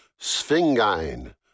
sphingine